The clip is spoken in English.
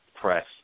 Press